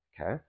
Okay